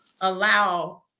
allow